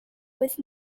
with